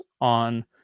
on